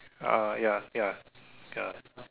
ah ya ya ya